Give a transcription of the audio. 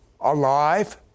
alive